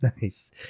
Nice